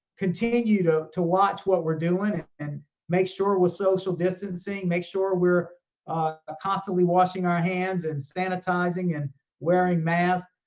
continue to to watch what we're doing and make sure we're social distancing, make sure we're ah constantly washing our hands and sanitizing and wearing mask.